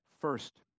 First